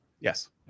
Yes